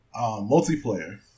multiplayer